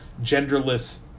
genderless